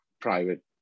private